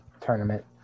tournament